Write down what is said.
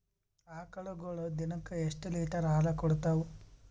ಆಕಳುಗೊಳು ದಿನಕ್ಕ ಎಷ್ಟ ಲೀಟರ್ ಹಾಲ ಕುಡತಾವ?